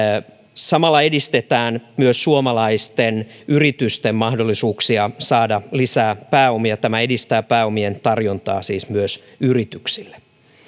samalla edistetään myös suomalaisten yritysten mahdollisuuksia saada lisää pääomia tämä edistää pääomien tarjontaa siis myös yrityksille